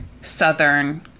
Southern